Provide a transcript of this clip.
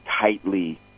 tightly